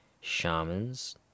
shamans